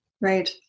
right